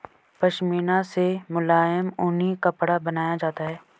पशमीना से मुलायम ऊनी कपड़ा बनाया जाता है